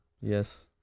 Yes